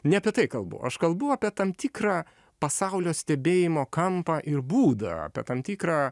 ne apie tai kalbu aš kalbu apie tam tikrą pasaulio stebėjimo kampą ir būdą apie tam tikrą